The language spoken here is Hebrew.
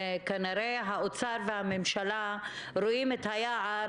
כנראה שהאוצר והממשלה רואים את היער,